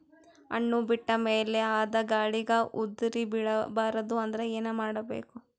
ಹಣ್ಣು ಬಿಟ್ಟ ಮೇಲೆ ಅದ ಗಾಳಿಗ ಉದರಿಬೀಳಬಾರದು ಅಂದ್ರ ಏನ ಮಾಡಬೇಕು?